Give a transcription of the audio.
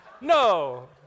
no